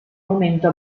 momento